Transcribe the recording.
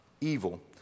evil